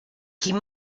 quin